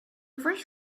first